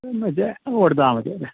മറ്റേ അങ്ങ് കൊടുത്താൽ മതിയല്ലേ